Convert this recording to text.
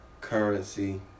Currency